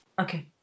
Okay